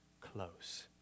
close